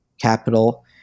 capital